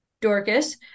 Dorcas